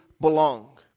belong